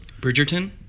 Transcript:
Bridgerton